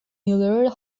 miller